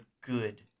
good